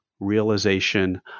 Realization